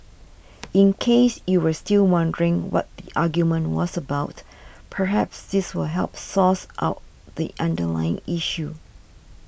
in case you were still wondering what the argument was about perhaps this will help source out the underlying issue